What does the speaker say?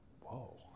whoa